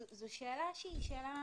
זו שאלה נהדרת.